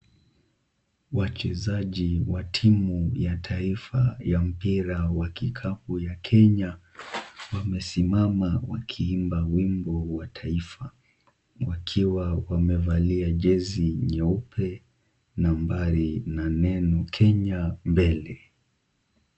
Wachezaje wa timu ya taifa ya mpira wa kikapu ya kenya wamesimama wakiimba wimbo wa taifa wakiwa wamevalia jezi nyeupe nambari na neno Kenya mbele.